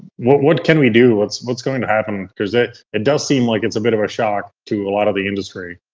what what can we do? what's what's going to happen? because, it it does seem like it's a bit of a shock to a lot of the industry,